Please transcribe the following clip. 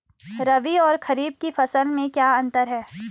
रबी और खरीफ की फसल में क्या अंतर है?